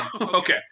Okay